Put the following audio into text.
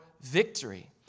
victory